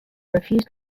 refused